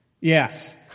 yes